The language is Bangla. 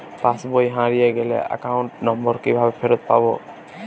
পাসবই হারিয়ে গেলে অ্যাকাউন্ট নম্বর কিভাবে ফেরত পাব?